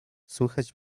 słychać